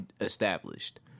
established